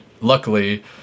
luckily